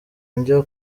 njya